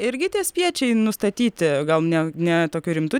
irgi tie spiečiai nustatyti gal ne ne tokiu rimtu